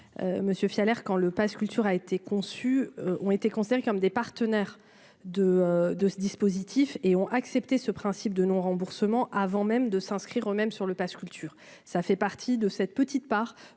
monsieur Fiole air quand le Pass culture a été conçu, ont été considérés comme des partenaires de de ce dispositif. Et ont accepté ce principe de non-remboursement avant même de s'inscrire au même sur le Pass culture, ça fait partie de cette petite part